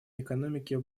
экономики